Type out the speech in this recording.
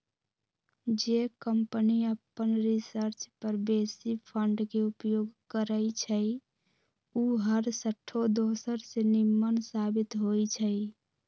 जे कंपनी अप्पन रिसर्च पर बेशी फंड के उपयोग करइ छइ उ हरसठ्ठो दोसर से निम्मन साबित होइ छइ